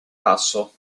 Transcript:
tasso